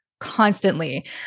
Constantly